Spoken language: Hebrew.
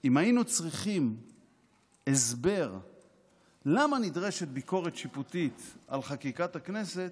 אם היינו צריכים הסבר למה נדרשת ביקורת שיפוטית על חקיקת הכנסת,